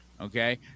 Okay